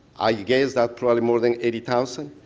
i guess that probably more than eighty thousand.